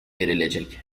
verilecek